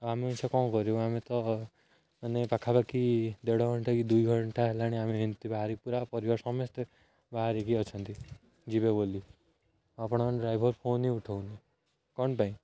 ଆମେ ଏ ସେ କ'ଣ କରିବୁ ଆମେ ତ ମାନେ ପାଖାପାଖି ଦେଢ଼ ଘଣ୍ଟା କି ଦୁଇ ଘଣ୍ଟା ହେଲାଣି ଆମେ ଏମିତି ବାହାରି ପୁରା ପରିବାର ସମସ୍ତେ ବାହାରିକି ଅଛନ୍ତି ଯିବେ ବୋଲି ଆପଣଙ୍କ ଡ୍ରାଇଭର ଫୋନ୍ ହିଁ ଉଠଉନି କ'ଣ ପାଇଁ